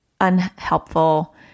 unhelpful